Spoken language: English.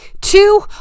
two